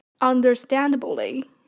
Understandably